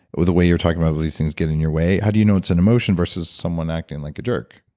or the way you're talking about all these things getting in your way, how do you know it's an emotion versus someone acting like a jerk?